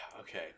Okay